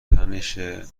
تنشه